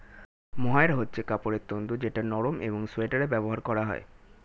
mohair হচ্ছে কাপড়ের তন্তু যেটা নরম একং সোয়াটারে ব্যবহার করা হয়